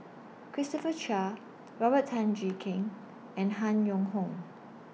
Christopher Chia Robert Tan Jee Keng and Han Yong Hong